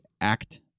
act